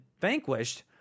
vanquished